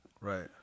Right